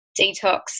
detox